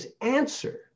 answer